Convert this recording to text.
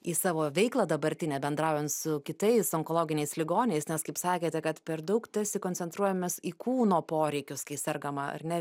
į savo veiklą dabartinę bendraujant su kitais onkologiniais ligoniais nes kaip sakėte kad per daug tarsi koncentruojamės į kūno poreikius kai sergama ar ne